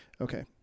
okay